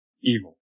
evil